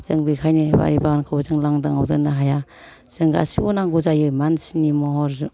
जों बेखायनो बारि बागानखौबो जों लांदांआव दोननो हाया जों गासिबो नांगौ जायो मानसिनि महर